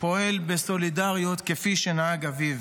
פועל בסולידריות כפי שנהג אביו.